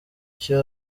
cyo